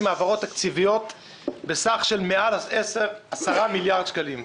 העברות תקציביות בסך של מעל 10 מיליארד שקלים,